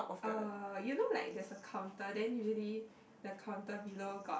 uh you know like there's a counter then usually the counter below got